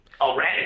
already